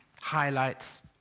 highlights